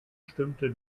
stimmte